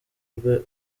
rwe